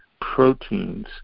Proteins